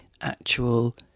actual